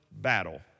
battle